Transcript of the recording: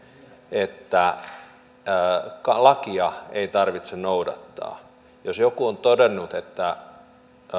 että lakia ei tarvitse noudattaa eli jos joku on todennut että